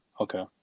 Okay